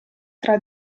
tra